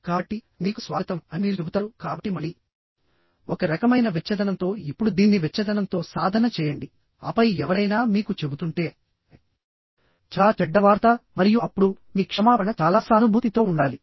కాబట్టి మీకు స్వాగతం అని మీరు చెబుతారు కాబట్టి మళ్ళీ ఒక రకమైన వెచ్చదనంతో ఇప్పుడు దీన్ని వెచ్చదనంతో సాధన చేయండి ఆపై ఎవరైనా మీకు చెబుతుంటే చాలా చెడ్డ వార్త మరియు అప్పుడు మీ క్షమాపణ చాలా సానుభూతితో ఉండాలి